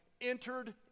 entered